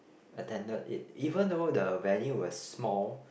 attended it even though the venue was small